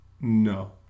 No